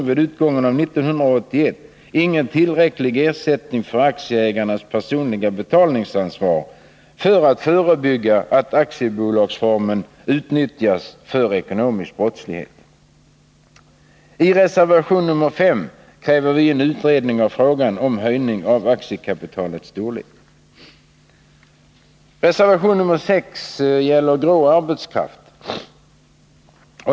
vid utgången av 1981 ingen tillräcklig ersättning för aktieägarnas personliga betalningsansvar för att förebygga att aktiebolagsformen utnyttjas för ekonomisk brottslighet. I reservation nr 5 kräver vi en utredning av frågan om höjning av aktiekapitalets storlek. Reservation nr 6 gäller grå arbetskraft.